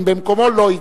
לא פשע.